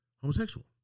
homosexual